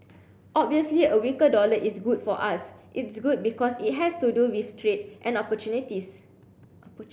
obviously a weaker dollar is good for us it's good because it has to do with trade and opportunities